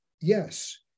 yes